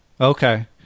Okay